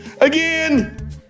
Again